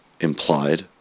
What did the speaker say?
implied